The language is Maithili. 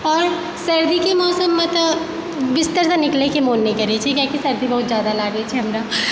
आओर सर्दीके मौसममे तऽ बिस्तरसँ निकलयके मन नहि करैत छै किआकि सर्दी बहुत ज्यादा लागैत छै हमरा